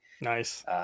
Nice